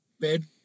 bed